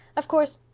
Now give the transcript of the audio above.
of course,